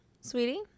Sweetie